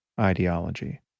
ideology